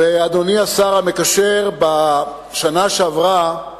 אדוני השר המקשר, בשנה שעברה את